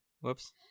Whoops